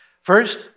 first